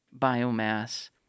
biomass